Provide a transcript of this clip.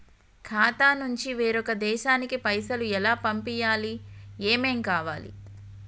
ఖాతా నుంచి వేరొక దేశానికి పైసలు ఎలా పంపియ్యాలి? ఏమేం కావాలి?